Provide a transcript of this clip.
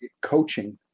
coaching